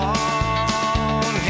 Long